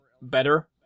better